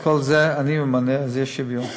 את כל אלה אני ממנה, אז יש שוויון,